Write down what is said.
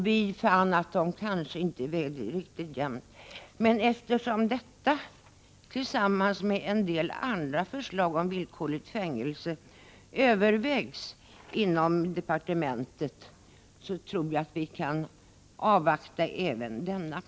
Vi fann att de kanske inte vägde riktigt jämnt, men eftersom frågan tillsammans med en del förslag som gäller villkorligt fängelsestraff övervägs inom departementet, tror jag att vi kan avvakta även i det här fallet.